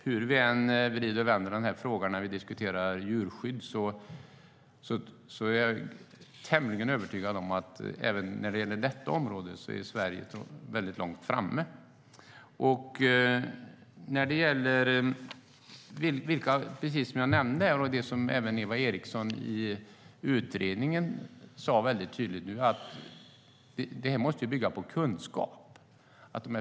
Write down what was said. Hur vi än vrider och vänder på den här frågan när vi diskuterar djurskydd är jag tämligen övertygad om att Sverige är väldigt långt framme även på detta område. Som jag nämnde och som Eva Eriksson framförde väldigt tydligt i utredningen måste det här bygga på kunskap.